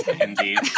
Indeed